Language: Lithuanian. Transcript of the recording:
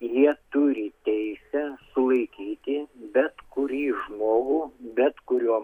jie turi teisę sulaikyti bet kurį žmogų bet kuriuo